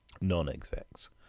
non-execs